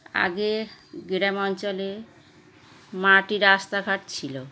আগে গ্রাম অঞ্চলে মাটির রাস্তাঘাট ছিল